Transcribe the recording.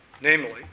Namely